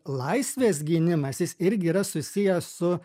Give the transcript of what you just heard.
laisvės gynimas jis irgi yra susijęs su